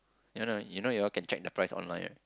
you know you know you all can check the price online right